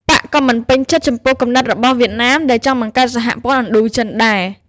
បក្សក៏មិនពេញចិត្ត ចំពោះគំនិតរបស់វៀតណាមដែលចង់បង្កើតសហព័ន្ធឥណ្ឌូចិនដែរ។